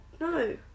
no